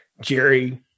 Jerry